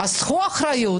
אז קחו אחריות,